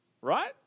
right